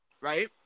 Right